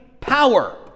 power